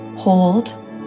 Hold